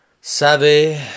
Savvy